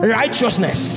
righteousness